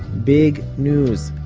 big news,